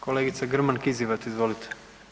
Kolegica Grman Kizivat, izvolite.